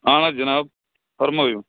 اَہن حظ جِناب فرمٲیِو